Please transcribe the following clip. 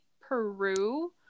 Peru